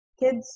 kids